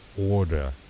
order